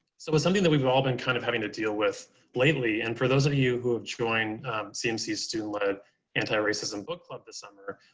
so it's something that we've all been kind of having to deal with lately. and for those of you who have joined cmc student led antiracism book club this summer,